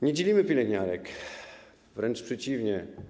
Nie dzielimy pielęgniarek, wręcz przeciwnie.